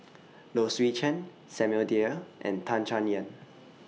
Low Swee Chen Samuel Dyer and Tan Chay Yan